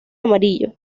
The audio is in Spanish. amarillo